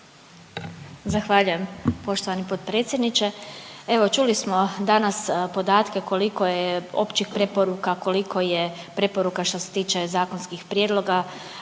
Zahvaljujem poštovani potpredsjedniče. Evo čuli smo danas podatke koliko je općih preporuka, koliko je preporuka što se tiče zakonskih prijedloga